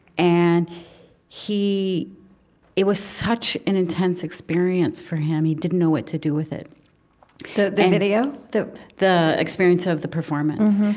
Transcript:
and he it was such an intense experience for him, he didn't know what to do with it the the video? the the experience of the performance.